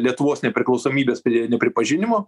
lietuvos nepriklausomybės nepripažinimo